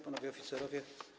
Panowie Oficerowie!